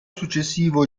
successivo